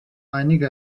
einige